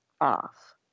off